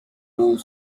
pour